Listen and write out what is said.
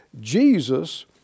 Jesus